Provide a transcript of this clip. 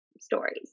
stories